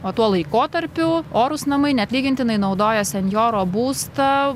o tuo laikotarpiu orūs namai neatlygintinai naudoja senjoro būstą